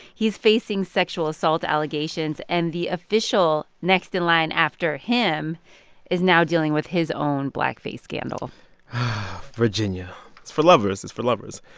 he's facing sexual assault allegations. and the official next in line after him is now dealing with his own blackface scandal scandal virginia, it's for lovers. it's for lovers.